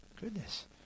goodness